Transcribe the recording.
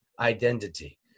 identity